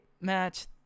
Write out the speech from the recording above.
match